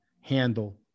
handle